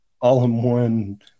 all-in-one